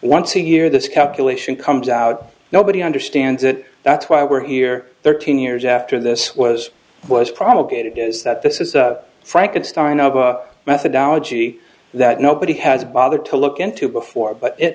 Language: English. once a year this calculation comes out nobody understands it that's why we're here thirteen years after this was was promulgated is that this is frankenstein of a methodology that nobody has bothered to look into before but it